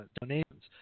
donations